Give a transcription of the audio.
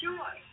Joy